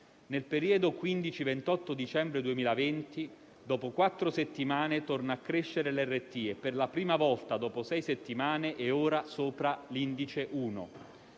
15 e il 28 dicembre 2020, dopo quattro settimane torna a crescere l'RT e per la prima volta, dopo sei settimane, è ora sopra l'indice 1.